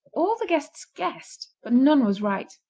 all the guests guessed, but none was right.